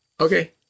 Okay